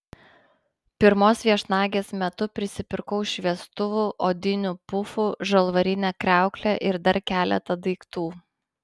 pirmos viešnagės metu prisipirkau šviestuvų odinių pufų žalvarinę kriauklę ir dar keletą daiktų